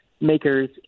makers